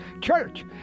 church